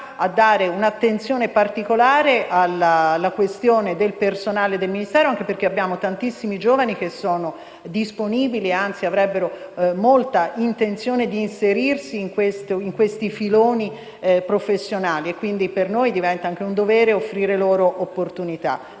un'attenzione particolare alla questione del personale del Ministero, anche perché abbiamo tantissimi giovani disponibili; anzi, assolutamente intenzionati a inserirsi in questi filoni professionali. Quindi, per noi diventa un dovere offrire loro opportunità.